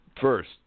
First